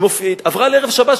היא עברה לערב שבת,